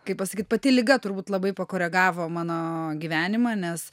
kaip pasakyt pati liga turbūt labai pakoregavo mano gyvenimą nes